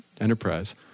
enterprise